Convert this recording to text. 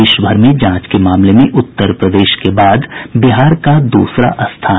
देशभर में जांच के मामले में उत्तर प्रदेश के बाद बिहार का दूसरा स्थान है